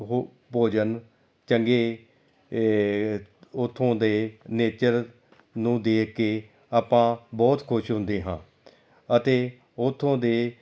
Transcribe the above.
ਉਹ ਭੋਜਨ ਚੰਗੇ ਉੱਥੋਂ ਦੇ ਨੇਚਰ ਨੂੰ ਦੇਖ ਕੇ ਆਪਾਂ ਬਹੁਤ ਖੁਸ਼ ਹੁੰਦੇ ਹਾਂ ਅਤੇ ਉੱਥੋਂ ਦੇ